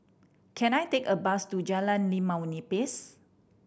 can I take a bus to Jalan Limau Nipis